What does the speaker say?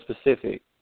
specific